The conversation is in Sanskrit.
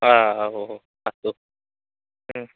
आ अहो हो अस्तु